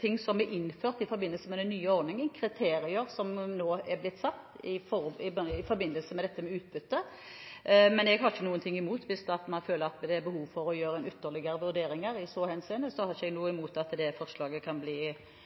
ting som er innført i forbindelse med den nye ordningen – kriterier som nå er blitt satt i forbindelse med utbytte. Men hvis man føler at det er behov for å gjøre ytterligere vurderinger i så henseende, har ikke jeg noe imot å be regjeringen vurdere forslaget – jeg er villig til å gjøre det.